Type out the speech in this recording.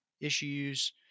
issues